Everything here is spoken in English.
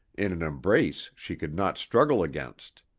in an embrace she could not struggle against.